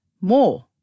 More